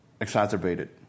exacerbated